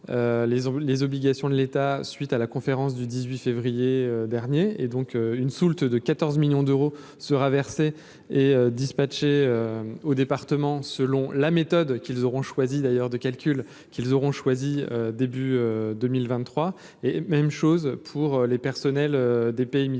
les obligations de l'État, suite à la conférence du 18 février dernier et donc une soulte de 14 millions d'euros sera versée et dispatché au département, selon la méthode qu'ils auront choisi d'ailleurs de calcul qu'ils auront choisi début 2023 et même chose pour les personnels des PMI, donc il